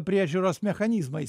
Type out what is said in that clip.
priežiūros mechanizmais